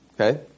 Okay